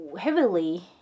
heavily